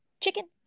chicken